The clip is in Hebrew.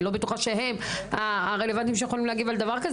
אני לא בטוחה שאתם רלוונטיים לתגובה כזו,